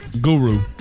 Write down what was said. Guru